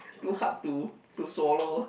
too hard to to swallow